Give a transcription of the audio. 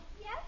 Yes